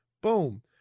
Boom